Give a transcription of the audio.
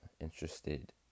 Interested